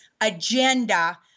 agenda